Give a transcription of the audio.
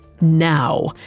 now